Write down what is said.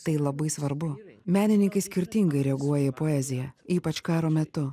tai labai svarbu menininkai skirtingai reaguoja į poeziją ypač karo metu